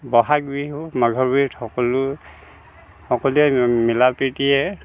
বহাগ বিহু মাঘৰ বিহুত সকলো সকলোৱে মিলা প্ৰিতীয়ে